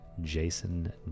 Jason